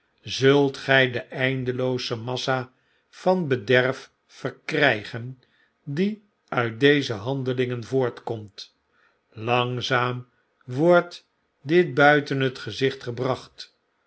zult gjj de eindelooze massa van bederf verkrggen die uit deze handelingen voortkomt langzaam wordt dit buiten het gezicht gebracht